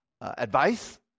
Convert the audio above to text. advice